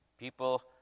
People